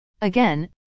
Again